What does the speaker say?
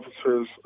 officers